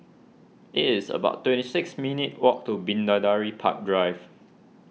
it is about twenty six minutes' walk to Bidadari Park Drive